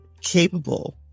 capable